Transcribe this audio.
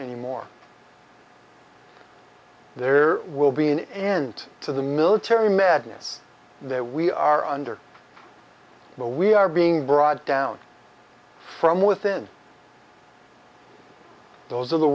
anymore there will be an end to the military madness that we are under where we are being brought down from within those of the